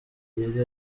yari